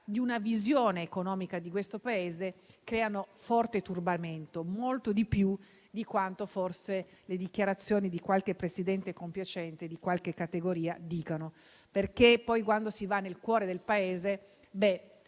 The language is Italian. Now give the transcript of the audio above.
ad una visione economica di questo Paese, creano un turbamento molto più forte di quanto forse le dichiarazioni di qualche presidente compiacente di qualche categoria dicano, perché quando si va nel cuore del Paese,